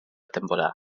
temporada